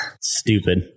Stupid